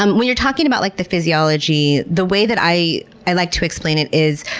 um when you're talking about like the physiology, the way that i i like to explain it is,